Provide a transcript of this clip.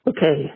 Okay